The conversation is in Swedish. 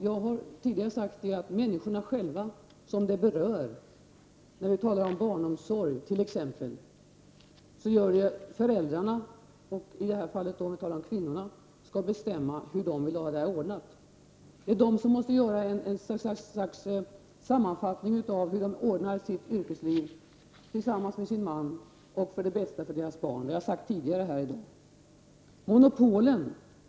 Jag har tidigare sagt att det skall vara de människor som berörs. När det gäller barnomsorgen skall föräldrarna, i det här fallet talar vi om kvinnorna, bestämma hur de vill ha den ordnad. Kvinnorna måste komma fram till hur de skall ordna sitt yrkesliv tillsammans med sin man för att ordna det på bästa möjliga sätt för barnen. Det har jag sagt tidigare här i dag.